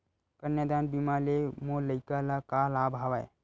कन्यादान बीमा ले मोर लइका ल का लाभ हवय?